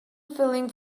feeling